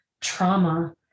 Trauma